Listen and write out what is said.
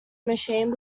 machine